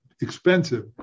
expensive